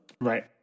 right